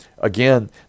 Again